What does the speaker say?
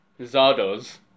Zardos